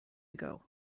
ago